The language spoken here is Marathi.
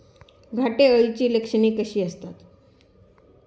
घाटे अळीची लक्षणे कशी असतात?